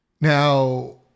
Now